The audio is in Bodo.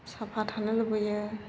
साफा थानो लुबैयो